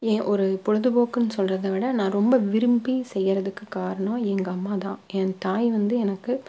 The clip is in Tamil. என் ஒரு பொழுதுபோக்குனு சொல்கிறத விட நான் ரொம்ப விரும்பி செய்கிறதுக்குக் காரணம் எங்கள் அம்மா தான் என் தாய் வந்து எனக்கு